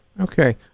Okay